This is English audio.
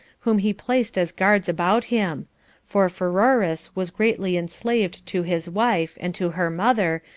whom he placed as guards about him for pheroras was greatly enslaved to his wife, and to her mother,